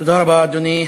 תודה רבה, אדוני.